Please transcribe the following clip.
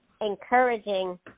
encouraging